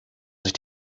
sich